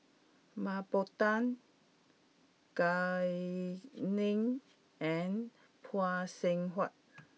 Mah Bow Tan Gao Ning and Phay Seng Whatt